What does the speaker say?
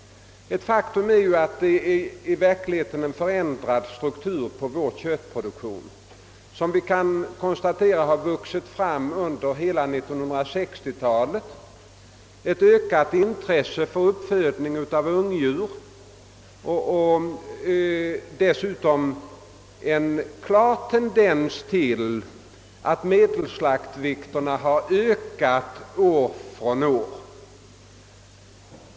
Ett faktum är att vår köttproduktion uppvisar en ändrad struktur som vuxit fram under hela 1960-talet. Det har uppstått ett större intresse för uppfödning av ungdjur och dessutom en klar tendens till ökning av medelslaktvikterna år för år.